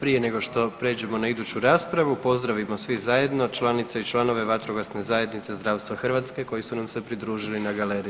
Prije nego što pređemo na iduću raspravu pozdravimo svi zajedno članice i članove Vatrogasne zajednice zdravstva Hrvatske koji su nam se pridružili na galeriji.